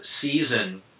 season